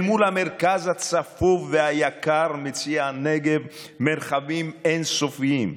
אל מול המרכז הצפוף והיקר מציע הנגב מרחבים אין-סופיים,